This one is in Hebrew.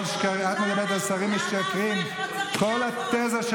למה אברך לא צריך לעבוד?